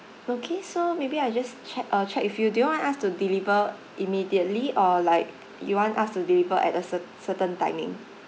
okay so maybe I just check uh check with you do you want us to deliver immediately or like you want us to deliver at a cert~ certain timing